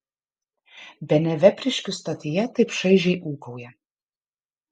bene vepriškių stotyje taip šaižiai ūkauja